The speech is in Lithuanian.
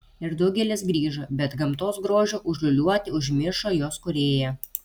ir daugelis grįžo bet gamtos grožio užliūliuoti užmiršo jos kūrėją